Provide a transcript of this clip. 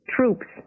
Troops